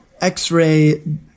X-Ray